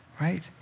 right